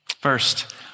First